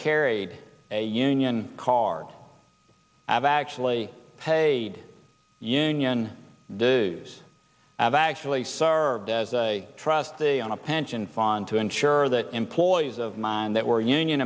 carried a union card i've actually pay union dues i've actually served as a trustee on a pension fund to ensure that employees of mine that were union